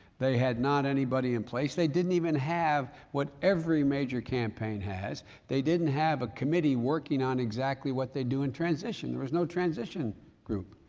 they had not anybody in place. they didn't even have what every major campaign has they didn't have a committee working on exactly what they'd do in transition. there was no transition group.